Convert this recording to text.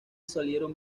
salieron